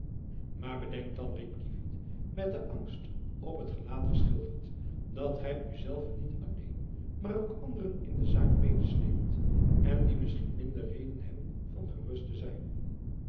maar bedenk dan riep kievit met de angst op het gelaat geschilderd dat gy uzelven niet alleen maar ook anderen in de zaak medesleept en die misschien minder reden hebben van gerust te zijn